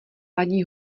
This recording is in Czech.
vadí